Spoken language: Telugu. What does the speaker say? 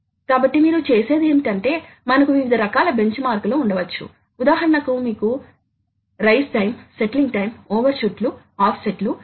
కాబట్టి మీరు హైడ్రాలిక్ మోటర్ లేదా స్టెప్ మోటర్ ను కలిగి ఉండవచ్చు మరియు యంత్రం ఓపెన్ లూప్ గా నడపబడుతుంది